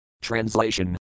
translation